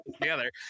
together